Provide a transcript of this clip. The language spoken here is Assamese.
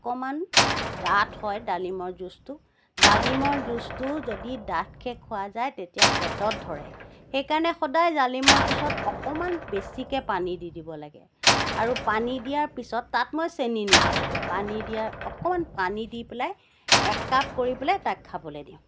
অকণমান ডাঠ হয় ডালিমৰ জুইচটো ডালিমৰ জুইচটো যদি ডাঠকৈ খোৱা যায় তেতিয়া পেটত ধৰে সেইকাৰণে সদায় ডালিমৰ জুইচত অকণমান বেছিকৈ পানী দি দিব লাগে আৰু পানী দিয়াৰ পিছত তাত মই চেনি নিদিওঁ পানী দিয়া অকণমান পানী দি পেলাই এক কাপ কৰি পেলাই তাক খাবলৈ দিওঁ